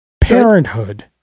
Parenthood